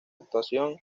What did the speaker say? actuación